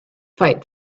fight